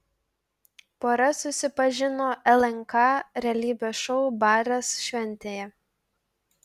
pora susipažino lnk realybės šou baras šventėje